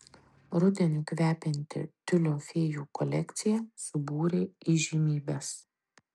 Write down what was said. rudeniu kvepianti tiulio fėjų kolekcija subūrė įžymybes